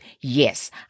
Yes